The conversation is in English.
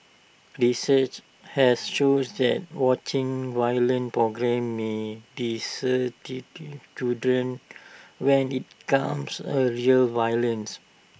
research has shown that watching violent programmes may children when IT comes A real violence